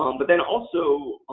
um but then, also,